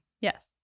Yes